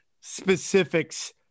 specifics